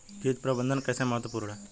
कीट प्रबंधन कैसे महत्वपूर्ण है?